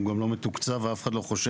הוא גם לא מתוקצב ואף אחד לא חושב,